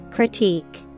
Critique